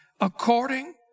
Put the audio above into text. according